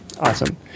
Awesome